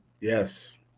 Yes